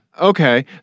Okay